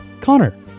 Connor